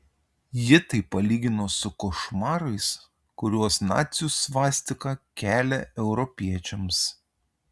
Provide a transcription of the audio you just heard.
ji tai palygino su košmarais kuriuos nacių svastika kelia europiečiams